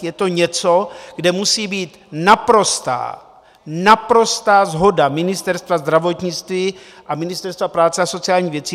Je to něco, kde musí být naprostá, naprostá shoda Ministerstva zdravotnictví a Ministerstva práce a sociálních věcí.